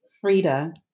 Frida